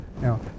Now